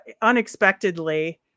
unexpectedly